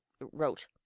wrote